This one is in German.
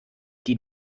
die